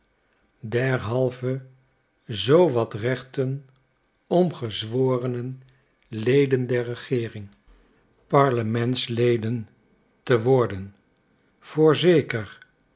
derhalve zoo wat rechten om gezworenen leden der regeering parlementsleden te worden